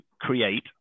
create